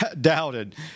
doubted